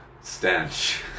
stench